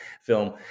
film